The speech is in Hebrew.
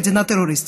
"מדינה טרוריסטית".